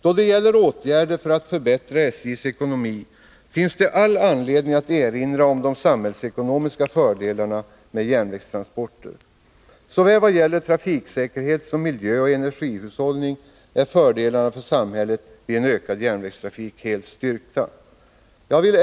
Då det gäller åtgärder för att förbättra SJ:s ekonomi finns det all anledning att erinra om de samhällsekonomiska fördelarna med järnvägstransporter. Såväl vad gäller trafiksäkerhet som vad gäller miljöoch energihushållning är fördelarna för samhället med en ökad järnvägstrafik helt styrkta. Jag vi!